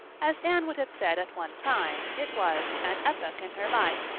as anne would have said at one time, it was an epoch in her life,